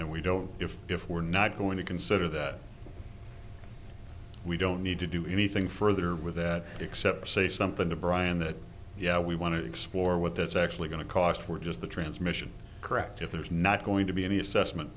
and we don't know if if we're not going to consider that we don't need to do anything further with that except to say something to brian that yeah we want to explore what that's actually going to cost we're just the transmission correct if there's not going to be any assessment